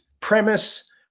Premise